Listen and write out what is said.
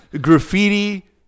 graffiti